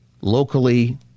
Locally